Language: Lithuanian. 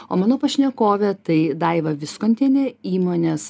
o mano pašnekovė tai daiva viskontienė įmonės